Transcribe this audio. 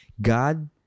God